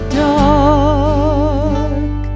dark